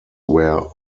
where